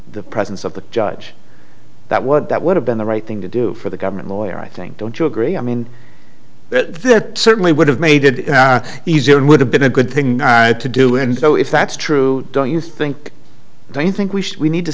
the presence of the judge that would that would have been the right thing to do for the government lawyer i think don't you agree i mean this certainly would have made it easier and would have been a good thing to do and so if that's true don't you think do you think we should we need to